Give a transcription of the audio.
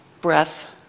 breath